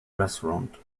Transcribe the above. restaurant